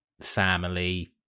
family